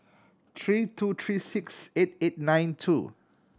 three two three six eight eight nine two